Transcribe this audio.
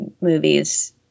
movies